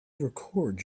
record